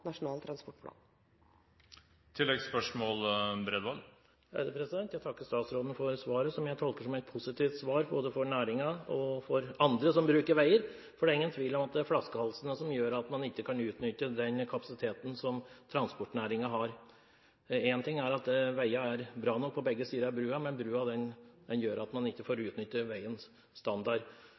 Nasjonal transportplan. Jeg takker statsråden for svaret, som jeg tolker som et positivt svar både for næringen og for andre som bruker veier, for det er ingen tvil om at det er flaskehalsene som gjør at man ikke kan utnytte den kapasiteten som transportnæringen har. Én ting er at veiene er bra nok på begge sider av brua, men brua gjør at man ikke får utnytte veiens standard.